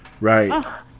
right